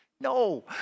no